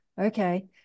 okay